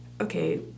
okay